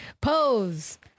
pose